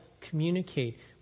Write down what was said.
communicate